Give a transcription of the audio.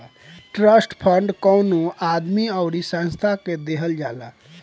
trust fund कवनो आदमी अउरी संस्था के देहल जाला